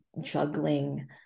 juggling